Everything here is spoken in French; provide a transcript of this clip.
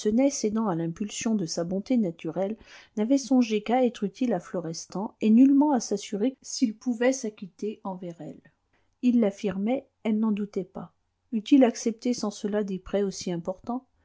lucenay cédant à l'impulsion de sa bonté naturelle n'avait songé qu'à être utile à florestan et nullement à s'assurer s'il pouvait s'acquitter envers elle il l'affirmait elle n'en doutait pas eût-il accepté sans cela des prêts aussi importants